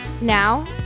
Now